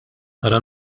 ara